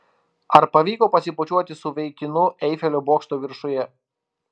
ar pavyko pasibučiuoti su vaikinu eifelio bokšto viršuje